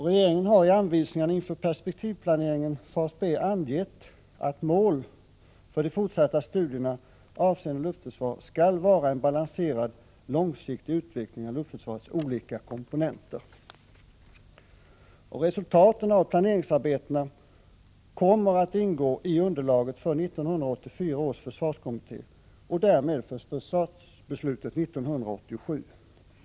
Regeringen har i anvisningarna för perspektivplanering, fas B, angivit att mål för de fortsatta studierna avseende luftförsvar skall vara en balanserad långsiktig utveckling av luftförsvarets olika komponenter. Resultaten av planeringsarbetena kommer att ingå i underlaget för 1984 års försvarskommitté och därmed för försvarsbeslutet 1987.